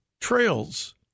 trails